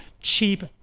cheap